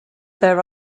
there